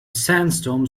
sandstorm